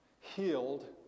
healed